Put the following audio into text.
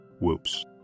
Whoops